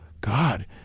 God